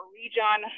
region